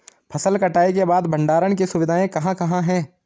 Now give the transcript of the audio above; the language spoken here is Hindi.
फसल कटाई के बाद भंडारण की सुविधाएं कहाँ कहाँ हैं?